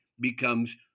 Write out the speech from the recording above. becomes